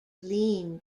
lean